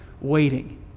waiting